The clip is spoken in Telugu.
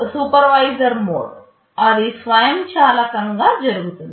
సూపర్వైజర్ మోడ్ అది స్వయంచాలకంగా జరుగుతుంది